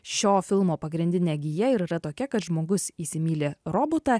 šio filmo pagrindinė gija ir yra tokia kad žmogus įsimyli robotą